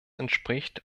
entspricht